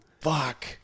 Fuck